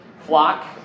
flock